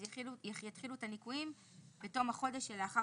יתחילו את הניכויים בתום החודש שלאחר